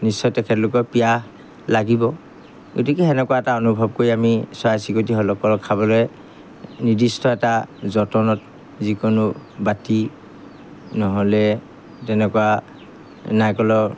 নিশ্চয় তেখেতলোকৰ পিয়াহ লাগিব গতিকে সেনেকুৱা এটা অনুভৱ কৰি আমি চৰাই চিৰিকটিসলক খাবলৈ নিৰ্দিষ্ট এটা যতনত যিকোনো বাটি নহ'লে তেনেকুৱা নাৰিকলৰ